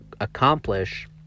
accomplish